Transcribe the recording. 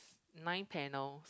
nine panels